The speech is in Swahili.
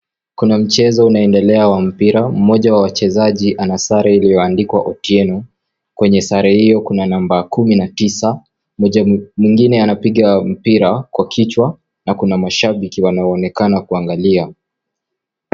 Kuna mchezo unaendelea wa mpira, mmoja wa wachezaji ana sare iliyoandikwa Otieno kwenye sare hiyo kuna namba kumi na tisa, mwingine anapiga mpira na kichwa na kuna mashabiki wanaonekana kuangalia.